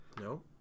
No